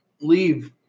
Leave